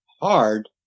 hard